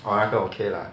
orh 那个 okay lah